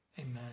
amen